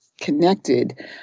connected